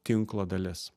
tinklo dalis